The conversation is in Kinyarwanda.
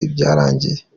ibyarangiye